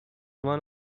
one